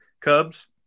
Cubs